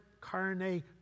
carne